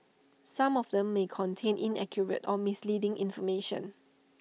some of them may contain inaccurate or misleading information